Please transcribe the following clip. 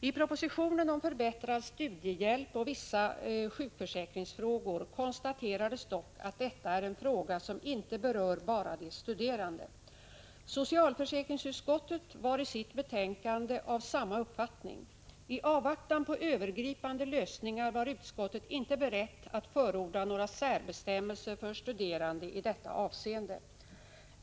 I propositionen av samma uppfattning. I avvaktan på övergripande lösningar var utskottet inte berett att förorda några särbestämmelser för studerande i detta avseende.